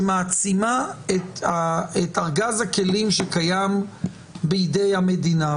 שמעצימה את ארגז הכלים שקיים בידי המדינה.